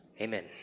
Amen